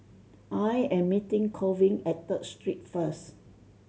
I am meeting Colvin at Third Street first